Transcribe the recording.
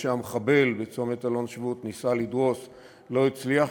אף שהמחבל בצומת אלון-שבות ניסה לדרוס הוא לא הצליח,